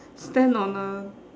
stand on a